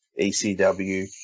ecw